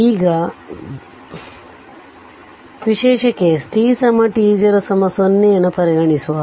ಈಗ ಆದ್ದರಿಂದ ವಿಶೇಷ ಕೇಸ್ t t0 0 ನ್ನು ಪರಿಗಣಿಸುವ